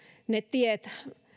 ne tiet